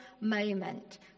moment